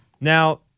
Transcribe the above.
Now